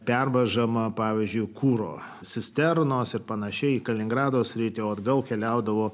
pervaža man pavyzdžiui kuro cisternos ir pan kaliningrado sritį o atgal keliaudavo